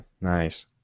Nice